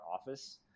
office